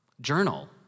Journal